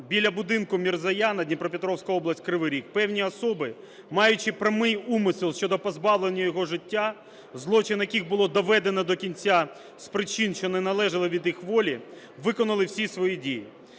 біля будинку Мірзояна (Дніпропетровська області, Кривий Ріг) певні особи, маючи прямий умисел щодо позбавлення його життя, злочин яких було доведено до кінця з причин, що не належали від їх волі, виконали всі свої дії.